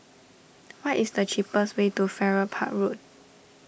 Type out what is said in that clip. what is the cheapest way to Farrer Park Road